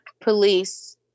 police